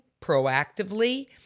proactively